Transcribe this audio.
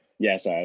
Yes